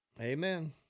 Amen